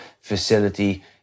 facility